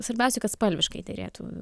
svarbiausia kad spalviškai derėtų